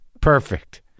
Perfect